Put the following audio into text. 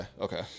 okay